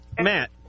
Matt